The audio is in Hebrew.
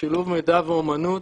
שילוב מידע ואמנות,